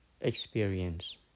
experience